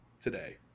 today